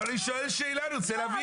אני שואל שאלה, אני רוצה להבין.